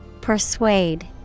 Persuade